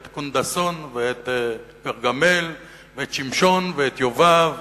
את קונדסון ואת גרגמל ואת שמשון ואת יובב,